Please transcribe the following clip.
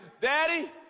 Daddy